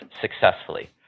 successfully